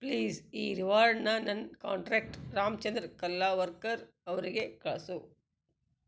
please ಈ ರಿವಾರ್ಡನ್ನ ನನ್ನ ಕಾಂಟ್ರ್ಯಾಕ್ಟ್ ರಾಮಚಂದ್ರ ಕಲ್ಲಾವರ್ಕರ್ ಅವರಿಗೆ ಕಳಿಸು